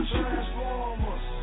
Transformers